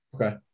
Okay